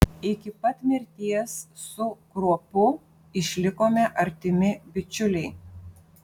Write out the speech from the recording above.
iki pat mirties su kruopu išlikome artimi bičiuliai